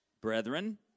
brethren